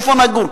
איפה נגור,